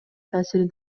таасирин